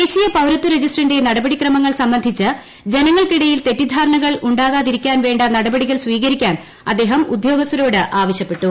ദേശീയ പൌരത്വ രജിസ്റ്ററിന്റെ നടപടിക്രമങ്ങൾ സംബന്ധിച്ച് ജനങ്ങൾക്കിടയിൽ തെറ്റിദ്ധാരണ കൾ ഉണ്ടാകാതിരിക്കാൻ വേണ്ട നടപടികൾ സ്വീകരിക്കാൻ അദ്ദേഹം ഉദ്യോഗസ്ഥരോട് ആവശ്യപ്പെട്ടു